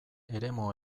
eremu